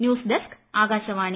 news ഡെസ്ക്ആകാശവാണി